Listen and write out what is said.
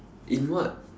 in what